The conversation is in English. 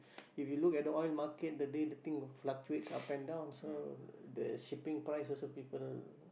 if you look at the oil market the day the thing will fluctuates up and down so the shipping price also people